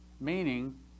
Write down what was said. Meaning